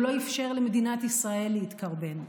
הוא לא אפשר למדינת ישראל להתקרבן.